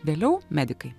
vėliau medikai